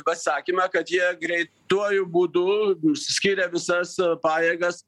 pasisakymą kad jie greituoju būdu skiria visas pajėgas